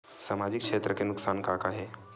सामाजिक क्षेत्र के नुकसान का का हे?